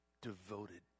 devoted